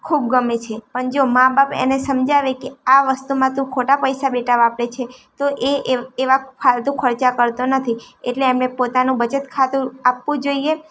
ખૂબ ગમે છે પણ જો મા બાપ એને સમજાવે કે આ વસ્તુમાં તું ખોટા પૈસા બેટા વાપરે છે તો એ એવા ફાલતુ ખર્ચા કરતો નથી એટલે એમને પોતાનું બચત ખાતું આપવું જોઈએ